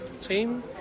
team